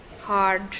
hard